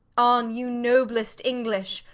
on, you noblish english,